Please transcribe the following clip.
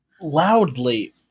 loudly